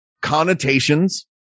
connotations